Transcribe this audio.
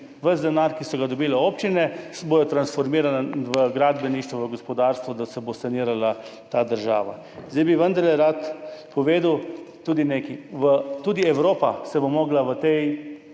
in ves denar, ki so ga dobile občine, bodo transformirale v gradbeništvo, v gospodarstvo, da se bo sanirala ta država. Zdaj bi vendarle rad povedal tudi nekaj. Tudi Evropa se bo morala v tej